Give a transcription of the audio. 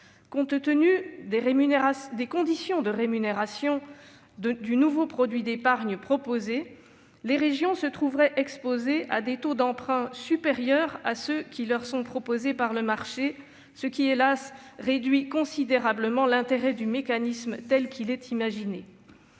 Compte tenu des conditions de rémunération du nouveau produit d'épargne proposé, les régions se trouveraient exposées à des taux d'emprunt supérieurs à ceux qui leur sont proposés par le marché, ce qui, hélas, réduit considérablement l'intérêt du mécanisme tel qu'il a été